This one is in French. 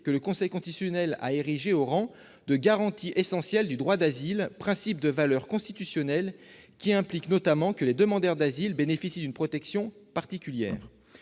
que le Conseil constitutionnel a érigé au rang de garantie essentielle du droit d'asile, principe de valeur constitutionnelle impliquant que les demandeurs d'asile bénéficient d'une protection particulière.